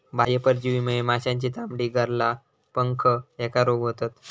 बाह्य परजीवीमुळे माशांची चामडी, गरला, पंख ह्येका रोग होतत